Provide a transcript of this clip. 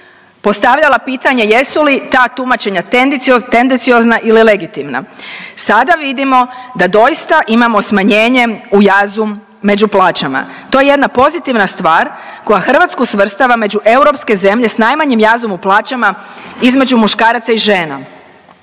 postavljala pitanja jesu li ta tumačenja tendenciozna ili legitimna. Sada vidimo da doista imamo smanjenje u jazu među plaćama. To je jedna pozitivna stvar koja Hrvatsku svrstava među europske zemlje s najmanjim jazom u plaćama između muškaraca i žena.